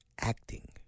acting